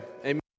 Amen